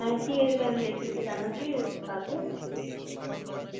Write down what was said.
হ্যাঁ ঠিক আছে তাহলে হেডস্যারকে জানাচ্ছি তো কালকে ঠিক আছে